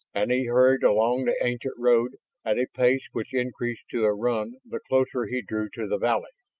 and he hurried along the ancient road at a pace which increased to a run the closer he drew to the valley.